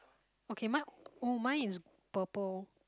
okay mine oh mine is purple